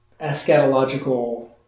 eschatological